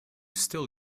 still